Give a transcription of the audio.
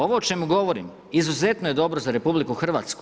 Ovo o čemu govorim izuzetno je dobro za RH.